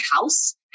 house